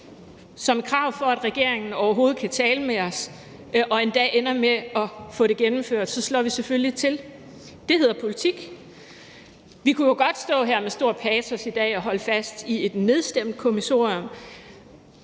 et krav, for at regeringen overhovedet kan tale med os og endda ender med at få det gennemført – slår vi selvfølgelig til. Det hedder politik. Vi kunne jo godt stå her med stor patos i dag og holde fast i et nedstemt kommissorium,